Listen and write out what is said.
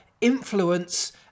influence